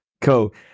Cool